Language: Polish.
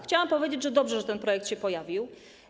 Chciałam powiedzieć, że dobrze że ten projekt się pojawił.